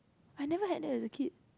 I never have that as a kid